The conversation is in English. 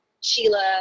Sheila